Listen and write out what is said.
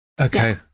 Okay